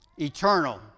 Eternal